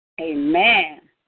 Amen